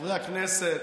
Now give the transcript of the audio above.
חברי הכנסת,